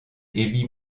heavy